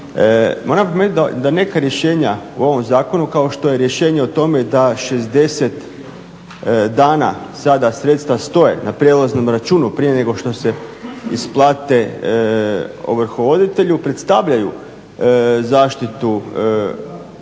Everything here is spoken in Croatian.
Moram napomenuti da neka rješenja u ovom zakonu kao što je rješenje o tome da 60 dana sada sredstva stoje na prijelaznom računu prije nego što se isplate ovrhovoditelju predstavljaju zaštitu ovršenika